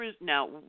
now